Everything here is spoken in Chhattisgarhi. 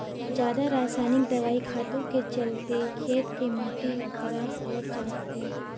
जादा रसायनिक दवई खातू के चलते खेत के माटी हर खराब होवत जात हे